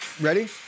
Ready